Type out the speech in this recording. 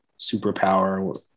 superpower